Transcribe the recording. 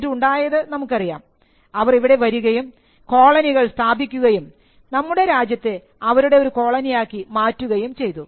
എന്നിട്ട് ഉണ്ടായത് നമുക്കറിയാം അവർ ഇവിടെ വരികയും കോളനികൾ സ്ഥാപിക്കുകയും നമ്മുടെ രാജ്യത്തെ അവരുടെ ഒരു കോളനി ആക്കി മാറ്റുകയും ചെയ്തു